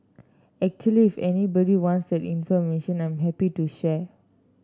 actually if anybody wants that information I'm happy to share